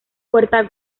puerta